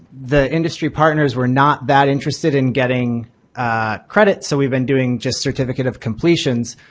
the industry partners were not that interested in getting credit, so we've been doing just certificate of completions,